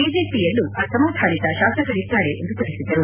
ಬಿಜೆಪಿಯಲ್ಲೂ ಅಸಮಾಧಾನಿತ ಶಾಸಕರಿದ್ದಾರೆ ಎಂದು ತಿಳಿಸಿದರು